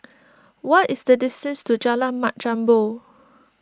what is the distance to Jalan Mat Jambol